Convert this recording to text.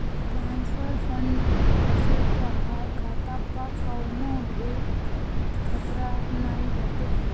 transfer fund से तोहार खाता पअ कवनो ढेर खतरा नाइ बाटे